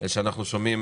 שאנחנו שומעים,